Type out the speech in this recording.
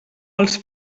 els